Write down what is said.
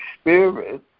Spirit